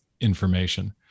information